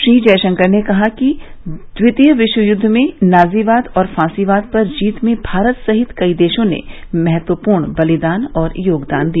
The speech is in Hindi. श्री जयशंकर ने कहा कि द्वितीय विश्व युद्व में नाजीबाद और फांसीवाद पर जीत में भारत सहित कई देशों ने महत्वपूर्ण बलिदान और योगदान दिया